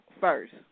first